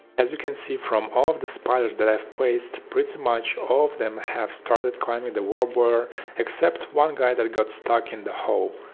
as you can see from all of the spiders that i've placed pretty much of them have started climbing the world border except one guy that got stuck in the hole.